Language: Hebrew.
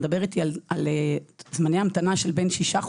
מעבר לצד הערכי,